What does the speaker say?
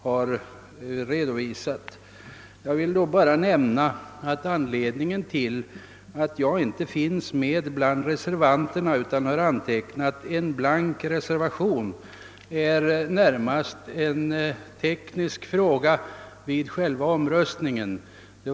Jag vill med anledning därav nämna att orsaken till att jag inte finns med bland de övriga reservanterna, utan har antecknat en blank reservation, är närmast en teknisk fråga vid själva omröstningen.